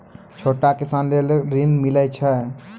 छोटा किसान लेल ॠन मिलय छै?